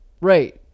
Right